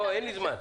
אין לי זמן.